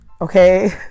Okay